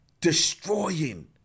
destroying